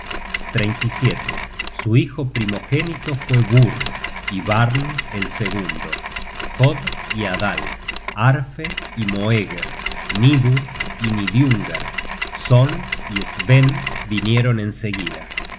su hijo primogénito fue bur y barn el segundo jod y